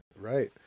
right